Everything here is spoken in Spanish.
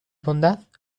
bondad